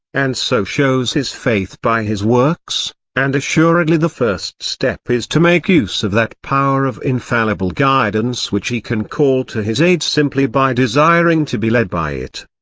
and so shows his faith by his works and assuredly the first step is to make use of that power of infallible guidance which he can call to his aid simply by desiring to be led by it.